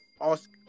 ask